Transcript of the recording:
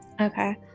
Okay